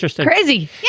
Crazy